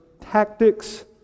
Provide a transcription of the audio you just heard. tactics